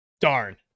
Darn